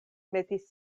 metis